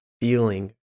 feeling